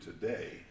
today